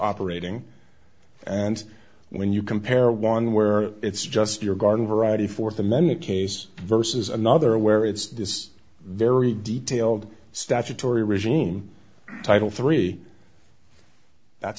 operating and when you compare one where it's just your garden variety fourth amendment case versus another where it's just very detailed statutory regime title three that's